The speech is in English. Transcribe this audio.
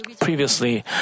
Previously